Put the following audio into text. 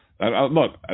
look